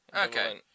Okay